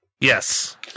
Yes